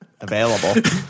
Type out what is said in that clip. available